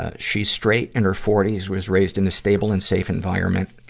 ah she's straight, in her forty s, was raised in a stable and safe environment.